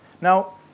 Now